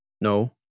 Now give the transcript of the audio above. No